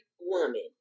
woman